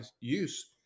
use